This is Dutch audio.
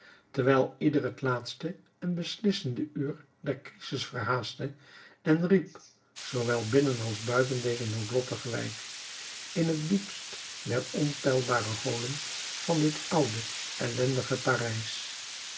terwijl ieder het laatste en beslissende uur der crisis verhaastte en riep zoowel binnen als buiten deze noodlottige wijk in het diepst der onpeilbare holen van dit oude ellendige parijs